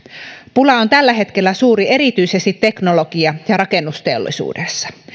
pula on tällä hetkellä suuri erityisesti teknologia ja rakennusteollisuudessa